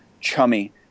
chummy